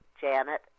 Janet